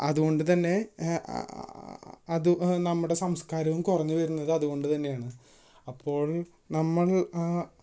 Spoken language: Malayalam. അതുകൊണ്ടുതന്നെ അതു നമ്മുടെ സംസ്കാരവും കുറഞ്ഞു വരുന്നത് അതുകൊണ്ടുതന്നെയാണ് അപ്പോള് നമ്മള്